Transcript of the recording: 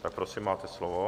Tak, prosím, máte slovo.